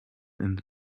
and